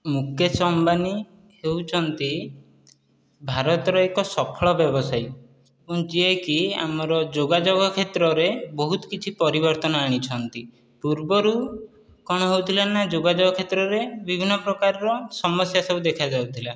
ମୁକେଶ ଅମ୍ବାନୀ ହେଉଛନ୍ତି ଭାରତର ଏକ ସଫଳ ବ୍ୟବସାୟୀ ଯିଏ କି ଆମର ଯୋଗାଯୋଗ କ୍ଷେତ୍ରରେ ବହୁତ କିଛି ପରିବର୍ତ୍ତନ ଆଣିଛନ୍ତି ପୁର୍ବରୁ କ'ଣ ହେଉଥିଲା ନା ଯୋଗାଯୋଗ କ୍ଷେତ୍ରରେ ବିଭିନ୍ନ ପ୍ରକାରର ସମସ୍ୟା ସବୁ ଦେଖାଯାଉଥିଲା